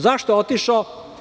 Zašto je otišao?